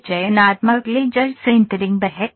यह चयनात्मक laser sintering है